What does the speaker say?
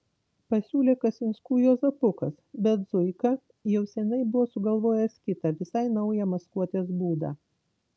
pasiūlė kasinskų juozapukas bet zuika jau seniai buvo sugalvojęs kitą visi naują maskuotės būdą